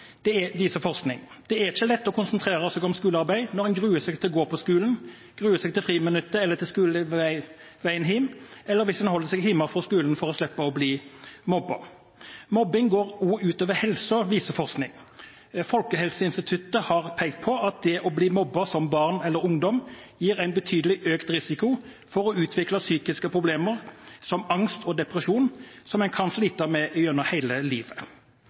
på skolen, viser forskning. Det er ikke lett å konsentrere seg om skolearbeid når en gruer seg til å gå på skolen, gruer seg til friminuttet eller til skoleveien hjem, eller hvis en holder seg hjemme fra skolen for å slippe å bli mobbet. Mobbing går også ut over helsen, viser forskning. Folkehelseinstituttet har pekt på at det å bli mobbet som barn eller ungdom gir betydelig økt risiko for å utvikle psykiske problemer, som angst og depresjon, som en kan slite med gjennom hele livet.